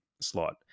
slot